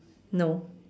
no